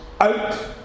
out